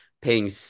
paying